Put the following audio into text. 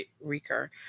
recur